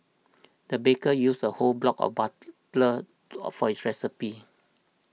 the baker used a whole block of for it's recipe